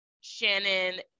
shannon